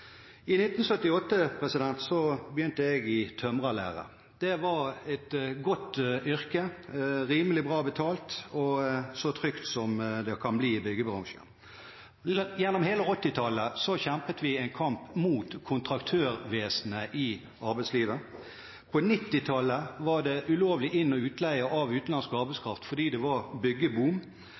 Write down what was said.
I 1978 begynte jeg i tømrerlære. Det var et godt yrke, rimelig bra betalt og så trygt som det kan bli i byggebransjen. Gjennom hele 1980-tallet kjempet vi en kamp mot kontraktørvesenet i arbeidslivet. På 1990-tallet var det ulovlig inn- og utleie av utenlandsk arbeidskraft fordi det var byggeboom,